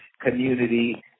community